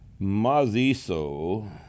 Maziso